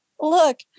look